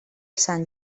sant